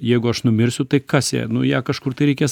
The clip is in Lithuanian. jeigu aš numirsiu tai kas ją nu ją kažkur tai reikės